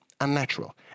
unnatural